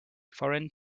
foreign